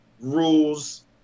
rules